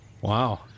Wow